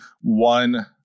one